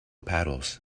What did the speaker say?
paddles